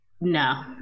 no